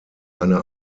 eine